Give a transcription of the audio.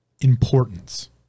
Importance